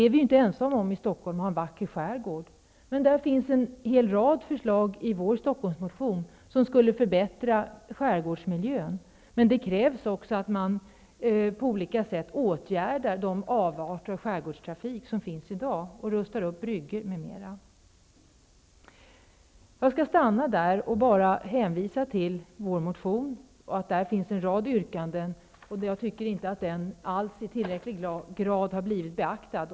Stockholm är inte ensamt om att ha en vacker skärgård. Det finns en hel rad förslag i vår Stockholmsmotion som skulle förbättra skärgårdsmiljön. Men det krävs också att de avarter av skärgårdstrafik som finns i dag åtgärdas och att man rustar upp bryggor m.m. Jag slutar mitt anförande här, och jag vill hänvisa till vår motion. Där finns en rad yrkanden. Jag tycker inte att motionen inte i tillräcklig grad har blivit beaktad.